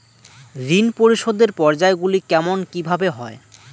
ঋণ পরিশোধের পর্যায়গুলি কেমন কিভাবে হয়?